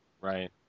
Right